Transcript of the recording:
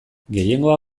gehiengoa